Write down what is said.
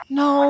no